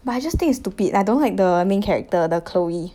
but I just think it's stupid I don't like the main character the chloe